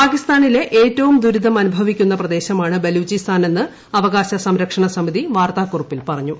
പാകിസ്ഥാനിലെ ഏറ്റവും ദുരിതം അനുഭവിക്കുന്ന പ്രദേശമാണ് ബലൂചിസ്ഥാനെന്ന് അവകാശ സംരക്ഷണസമിതി വാർത്താക്കുറിപ്പിൽ പറയുന്നു